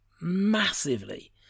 massively